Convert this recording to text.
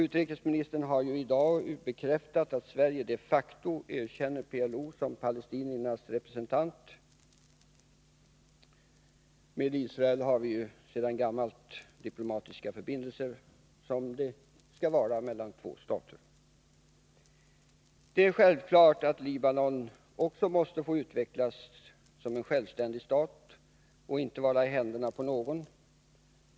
Utrikesministern har i dag bekräftat att Sverige de facto erkänner PLO som palestiniernas representant. Med Israel har vi sedan gammalt diplomatiska förbindelser, som det skall vara mellan två stater. Det är självklart att Libanon också måste få utvecklas som en självständig stat och inte vara i händerna på någon.